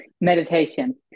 Meditation